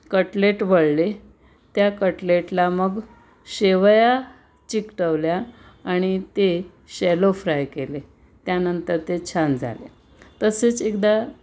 cutlet वळले त्या कटलेटला मग शेवया चिकटवल्या आणि ते शॅलो फ्राय केले त्यानंतर ते छान झाले तसेच एकदा